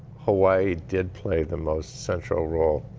hawai'i did play the most central role.